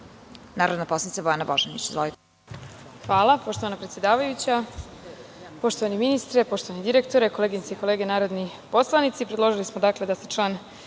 narodna poslanica Bojana Božanić.